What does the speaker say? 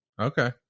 Okay